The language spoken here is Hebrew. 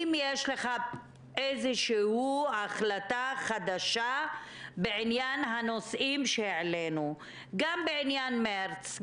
אם יש לך איזושהי החלטה חדשה בעניין הנושאים שהעלינו גם בעניין מרץ,